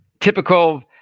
typical